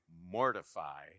mortify